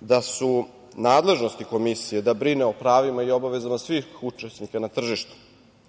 da su nadležnosti Komisije da brine o pravima i obavezama svih učesnika na tržištu.